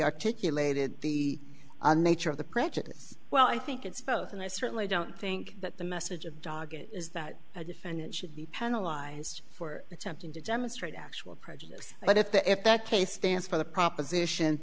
articulated the nature of the prejudice well i think it's both and i certainly don't think that the message of dog is that a defendant should be penalize for attempting to demonstrate actual prejudice but if the if that case stands for the proposition